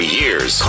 years